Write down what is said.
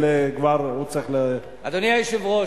אדוני היושב-ראש,